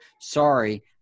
Sorry